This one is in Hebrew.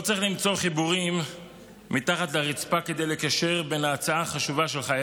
לא צריך למצוא חיבורים מתחת לרצפה כדי לקשר בין ההצעה החשובה שלך,